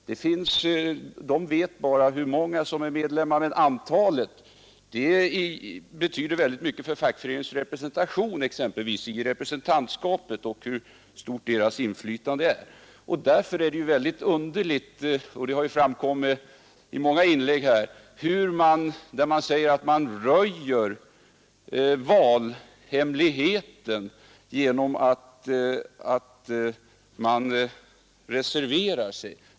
Arbetarkommunen vet bara hur många som är medlemmar. Men antalet betyder mycket exempelvis för fackföreningens representation i representantskapet och för dess inflytande där. Det är mot den här bakgrunden mycket underligt att det sägs — det har framkommit i många anföranden — att man röjer valhemligheten när man reserverar sig.